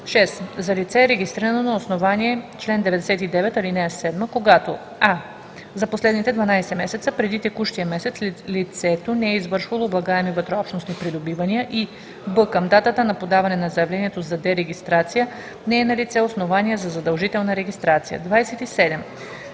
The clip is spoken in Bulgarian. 6. за лице, регистрирано на основание чл. 99, ал. 7, когато: а) за последните 12 месеца преди текущия месец лицето не е извършвало облагаеми вътреобщностни придобивания, и б) към датата на подаване на заявлението за дерегистрация не е налице основание за задължителна регистрация.“ 27.